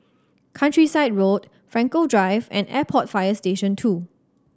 Countryside Road Frankel Drive and Airport Fire Station Two